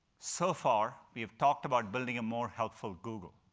so far, we have talked about building a more helpful google.